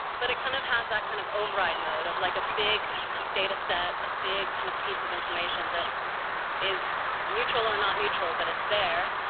but it kind of has that kind of override mode of like a big data set, a big kind of piece of information that is neutral or not neutral, but it's there,